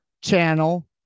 channel